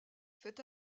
fait